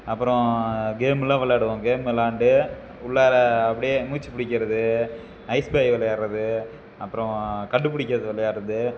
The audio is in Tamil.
அப்புறம் கேமெல்லாம் விளாடுவோம் கேம் விளாண்டு உள்ளார அப்படியே மூச்சுப் பிடிக்கிறது ஐஸ் பாய் விளையாட்றது அப்புறம் கண்டுபிடிக்கிறது விளையாட்றது